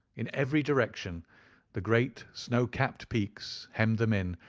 in every direction the great snow-capped peaks hemmed them in,